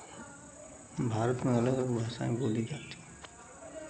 भारत में अलग अलग भाषाएं बोली जाती हैं